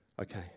Okay